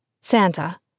Santa